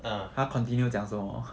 uh